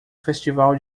festival